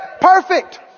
perfect